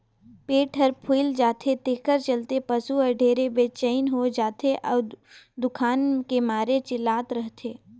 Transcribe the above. पेट हर फूइल जाथे तेखर चलते पसू हर ढेरे बेचइन हो जाथे अउ दुखान के मारे चिल्लात रथे